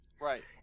Right